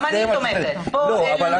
גם אני תומכת בהם.